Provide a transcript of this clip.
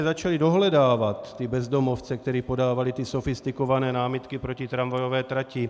Začali jsme dohledávat ty bezdomovce, kteří podávali ty sofistikované námitky proti tramvajové trati.